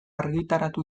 argitaratu